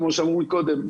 כמו שאמרו קודם,